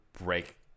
break